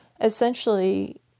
essentially